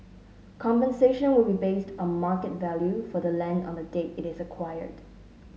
compensation will be based on market value for the land on the date it is acquired